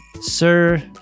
Sir